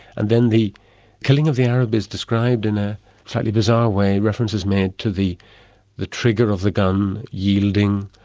and then the killing of the arab is described in a slightly bizarre way, reference is made to the the trigger of the gun yielding.